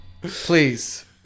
Please